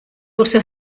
also